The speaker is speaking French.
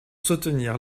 soutenir